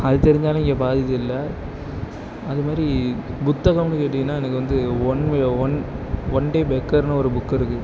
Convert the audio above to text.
அது தெரிஞ்சாலே இங்கே பாதி இது இல்லை அது மாதிரி புத்தகம்ன்னு கேட்டீங்கனால் எனக்கு வந்து one way one one day பெக்கர்னு ஒரு புக்கு இருக்குது